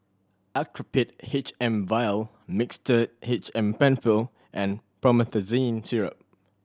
Actrapid H M Vial Mixtard H M Penfill and Promethazine Syrup